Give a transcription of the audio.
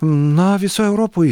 na visoj europoj